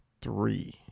three